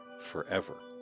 forever